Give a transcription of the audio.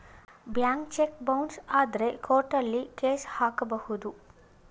bank cheque bounce ಆದ್ರೆ ಕೋರ್ಟಲ್ಲಿ case ಹಾಕಬಹುದು